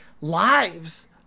lives